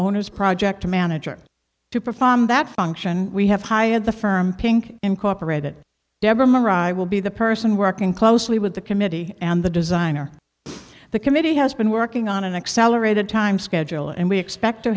owner's project manager to perform that function we have hired the firm pink incorporated will be the person working closely with the committee and the designer the committee has been working on an accelerated time schedule and we expect to